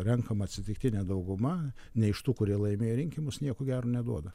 renkama atsitiktinė dauguma ne iš tų kurie laimėję rinkimus nieko gero neduoda